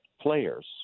players